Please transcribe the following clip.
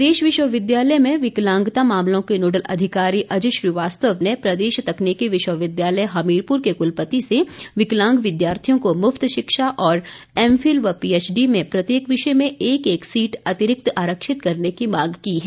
प्रदेश विश्वविद्यालय में विकलांगता मामलों के नोडल अधिकारी अजय श्रीवास्तव ने प्रदेश तकनीकी विश्वविद्यालय हमीरपुर के कुलपति से विकलांग विद्यार्थियों को मुफ्त शिक्षा और एमफिल व पीएचडी में हर विषय में एक एक सीट अतिरिक्त आरक्षित करने की मांग की है